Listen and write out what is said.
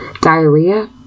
Diarrhea